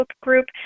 group